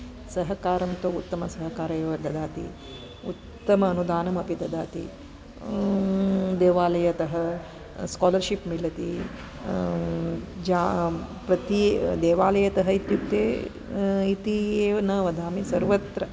सहकारः तु उत्तमसहकारः एव ददाति उत्तम अनुदानमपि ददाति देवालयतः स्कालर्शिप् मिलति प्रति देवालयतः इत्युक्ते इति एव न वदामि सर्वत्र